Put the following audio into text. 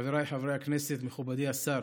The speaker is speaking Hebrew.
חבריי חברי הכנסת, מכובדי השר,